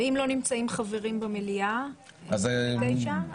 ואם לא נמצאים חברים במליאה בשעה 09:00?